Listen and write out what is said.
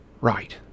Right